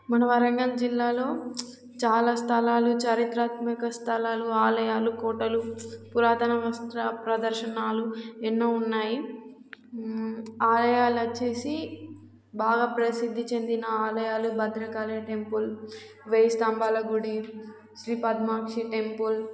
మన వరంగల్ జిల్లాలో చాలా స్థలాలు చరిత్రాత్మక స్థలాలు ఆలయాలు కోటలు పురాతన వస్త్ర ప్రదర్శనాలు ఎన్నో ఉన్నాయి ఆలయాలు వచ్చేసి బాగా ప్రసిద్ధి చెందిన ఆలయాలు భద్రకాళి టెంపుల్ వెేయి స్తంభాల గుడి శ్రీ పద్మాక్షి టెంపుల్